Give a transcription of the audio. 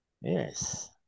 yes